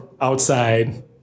outside